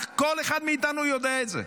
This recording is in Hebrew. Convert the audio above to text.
כל אחד מאיתנו יודע את זה.